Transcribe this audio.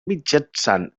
mitjançant